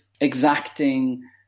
exacting